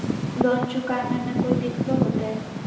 Loan चुकाने में कोई दिक्कतों होते?